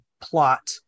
plot